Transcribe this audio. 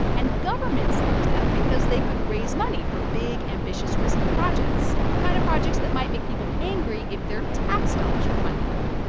and governments loved them because they could raise money for big, ambitious, risky projects the kind of projects that might make people angry if their tax dollars were funding them.